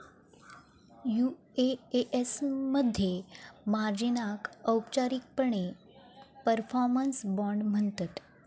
UAS मध्ये मार्जिनाक औपचारिकपणे परफॉर्मन्स बाँड म्हणतत